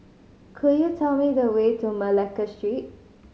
could you tell me the way to Malacca Street